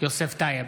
יוסף טייב,